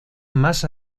más